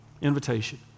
invitation